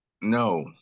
no